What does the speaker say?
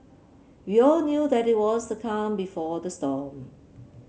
we all knew that it was the calm before the storm